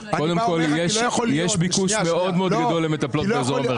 יש ביקוש מאוד מאוד גדול למטפלות באזור המרכז.